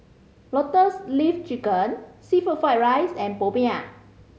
Lotus Leaf Chicken seafood fried rice and popiah